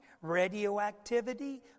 radioactivity